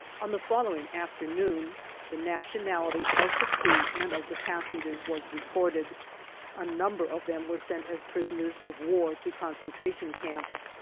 on the following afternoon the nationality of the crew and of the passengers was recorded a number of them were sent as prisoners of war to concentration camps,